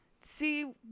see